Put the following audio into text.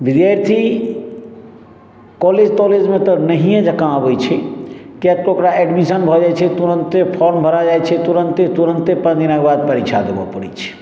विद्यार्थी कॉलेज तौलेजमे तऽ नहिये जकाँ आबै छै कियाक तऽ ओकरा एडमिशन भऽ जाइ छै तुरन्ते फॉर्म भरा जाइत छै तुरन्ते पाँच दिनक बाद परीक्षा देबऽ पड़ै छै